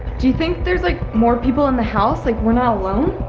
do you think there's like more people in the house? like, we're not alone?